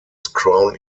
crown